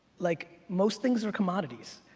like most things are commodities.